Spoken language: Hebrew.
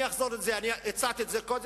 אני הצעתי את זה קודם.